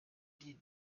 die